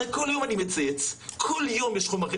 הרי כל יום אני מצייץ, כל יום יש חומרים.